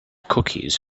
cookies